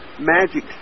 magic